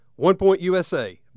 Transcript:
OnePointUSA